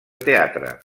teatre